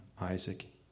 Isaac